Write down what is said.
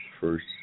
First